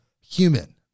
human